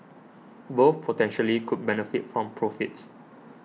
both potentially could benefit from profits